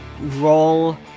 roll